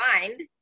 mind